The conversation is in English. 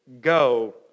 Go